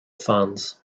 fans